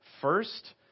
first